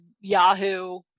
Yahoo